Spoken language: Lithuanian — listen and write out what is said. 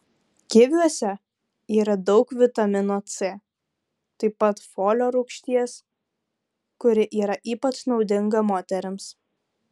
kiviuose yra daug vitamino c taip pat folio rūgšties kuri yra ypač naudinga moterims